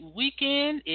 weekend